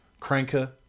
cranker